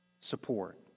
support